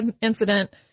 incident